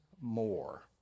more